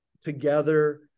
together